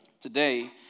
Today